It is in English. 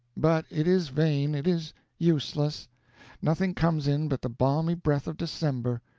but it is vain, it is useless nothing comes in but the balmy breath of december,